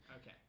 Okay